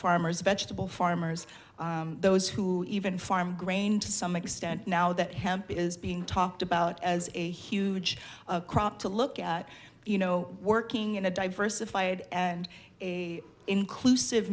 farmers vegetable farmers those who even farm grain to some extent now that hemp is being talked about as a huge crop to look at you know working in a diversified and inclusive